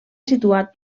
situat